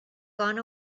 gone